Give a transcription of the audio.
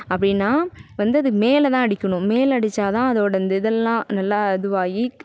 அப்படின்னா வந்து அது மேலே தான் அடிக்கணும் மேல அடித்தா தான் அதோடு அந்த இதெல்லாம் நல்லா இதுவாகி